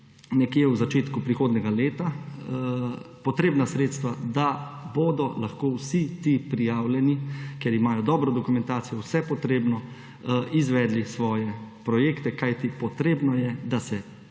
nekje v začetku prihodnjega leta potrebna sredstva, da bodo lahko vsi ti prijavljeni – ker imajo dobro dokumentacijo, vse potrebno – izvedli svoje projekte. Kajti potrebno je, da se